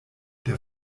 der